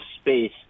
space